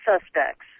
suspects